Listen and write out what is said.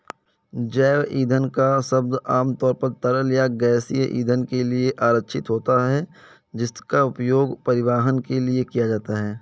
जैव ईंधन शब्द आमतौर पर तरल या गैसीय ईंधन के लिए आरक्षित होता है, जिसका उपयोग परिवहन के लिए किया जाता है